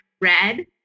red